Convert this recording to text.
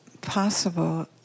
possible